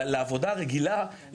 לעבודה הרגילה,